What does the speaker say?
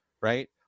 right